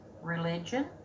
religion